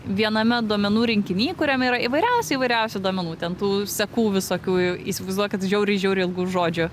viename duomenų rinkiny kuriame yra įvairiausių įvairiausių duomenų ten tų sekų visokių įsivaizduokit žiauriai žiauriai ilgų žodžių